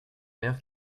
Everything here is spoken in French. maire